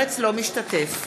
משתתף